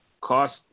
cost –